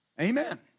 Amen